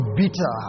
bitter